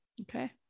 Okay